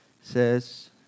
says